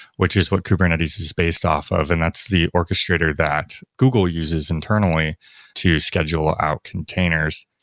which is what kubernetes is based off of and that's the orchestrator that google uses internally to schedule out containers,